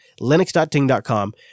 linux.ting.com